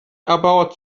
about